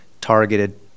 targeted